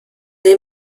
they